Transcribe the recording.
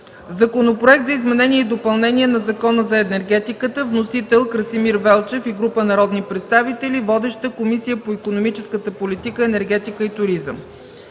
Законопроект за изменение и допълнение на Закона за енергетиката, вносители Красимир Велчев и група народни представители, водеща е Комисията по икономическата политика, енергетика и туризъм;